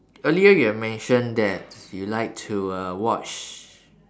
earlier you have mentioned that you like to uh watch